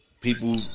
people